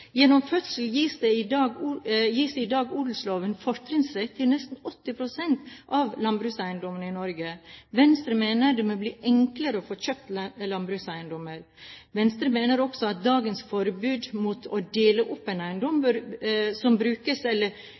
Gjennom fødsel gis det i dag i odelsloven fortrinnsrett til nesten 80 pst. av landbrukseiendommene i Norge. Venstre mener det må bli enklere å få kjøpt landbrukseiendommer. Venstre mener også at dagens forbud mot å dele opp en eiendom som brukes eller